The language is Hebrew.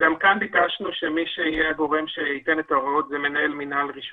גם כאן ביקשנו שמי שיהיה הגורם שייתן את ההוראות זה מנהל מינהל רישוי,